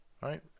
Right